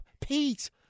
Pete